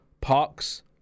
parks